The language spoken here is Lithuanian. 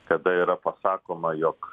kada yra pasakoma jog